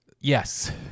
Yes